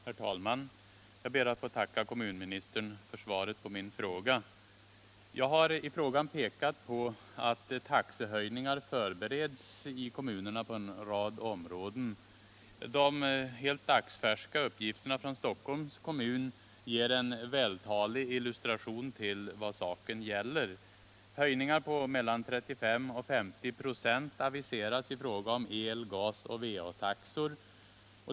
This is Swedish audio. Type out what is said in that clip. Herr talman! Jag ber att få tacka kommunministern för svaret på min fråga. Jag har i frågan pekat på att taxehöjningar förbereds i kommunerna på en rad områden. De helt dagsfärska uppgifterna från Stockholms kommun ger en vältalig illustration till vad saken gäller. Höjningar på mellan 35 och 50 96 aviseras i fråga om el-, gasoch va-taxor.